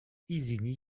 isigny